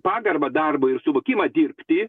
pagarbą darbui ir suvokimą dirbti